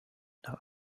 nach